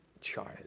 child